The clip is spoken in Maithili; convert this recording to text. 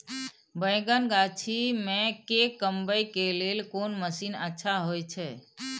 बैंगन गाछी में के कमबै के लेल कोन मसीन अच्छा होय छै?